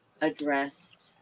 addressed